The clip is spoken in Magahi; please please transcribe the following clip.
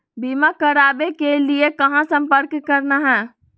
बीमा करावे के लिए कहा संपर्क करना है?